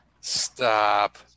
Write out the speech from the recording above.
Stop